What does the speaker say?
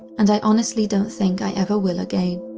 and i honestly don't think i ever will again.